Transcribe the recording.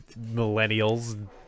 millennials